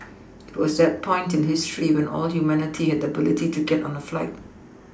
it was that point in history where all of humanity had the ability to get on a flight